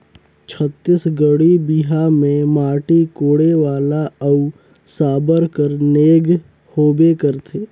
छत्तीसगढ़ी बिहा मे माटी कोड़े वाला अउ साबर कर नेग होबे करथे